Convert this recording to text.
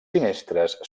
finestres